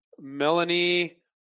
Melanie